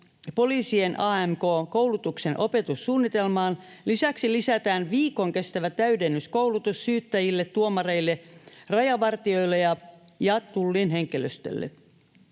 poliisien AMK-koulutuksen opetussuunnitelmaan. Lisäksi lisätään viikon kestävä täydennyskoulutus syyttäjille, tuomareille, rajavartijoille ja Tullin henkilöstölle.